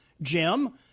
Jim